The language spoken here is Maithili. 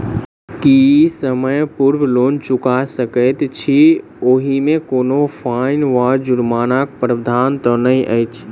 की समय पूर्व लोन चुका सकैत छी ओहिमे कोनो फाईन वा जुर्मानाक प्रावधान तऽ नहि अछि?